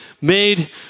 made